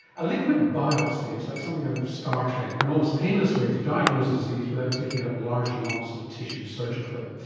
a liquid biopsy is like something out of star trek, an almost painless way to diagnose disease without taking out large lumps of tissue surgically.